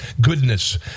goodness